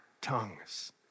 tongues